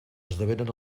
esdevenen